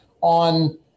on